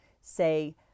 say